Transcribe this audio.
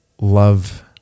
Love